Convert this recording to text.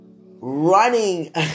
running